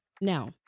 now